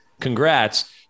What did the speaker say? congrats